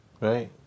Right